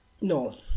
No